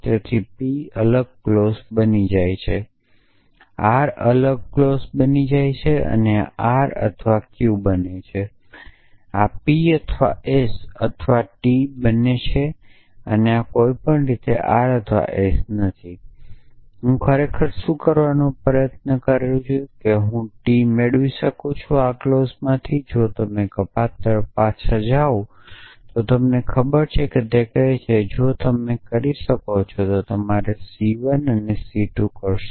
તેથી P અલગ clause બની જાય છે R અલગ ક્લોઝ બની જાય છે આ R અથવા Q બને છે આ P અથવા S અથવા T નહીં બને અને આ કોઈપણ રીતે R અથવા S નથી તેથી હું ખરેખર શું કરવાનો પ્રયત્ન કરું છું તે જ હું T મેળવી શકું આ ક્લોઝમાંથી જો તમે કપાત તરફ પાછા જાઓ છો તો તમને ખબર છે કે તે કહે છે કે જો તમે તે કરી શકો તો તમારે C 1 અને C 2 કરશો